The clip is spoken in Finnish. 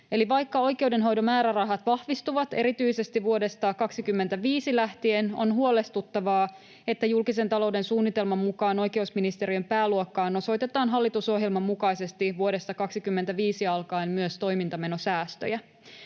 eli vaikka oikeudenhoidon määrärahat vahvistuvat erityisesti vuodesta 25 lähtien, on huolestuttavaa, että julkisen talouden suunnitelman mukaan oikeusministeriön pääluokkaan osoitetaan hallitusohjelman mukaisesti vuodesta 25 alkaen myös toimintamenosäästöjä.